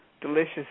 delicious